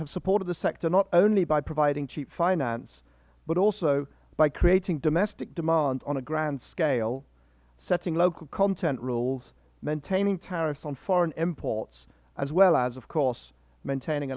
have supported the sector not only by providing cheap finance but also by creating domestic demand on a grand scale setting local content rules maintaining tariffs on foreign imports as well as of course maintaining